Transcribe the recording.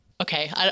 Okay